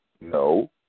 No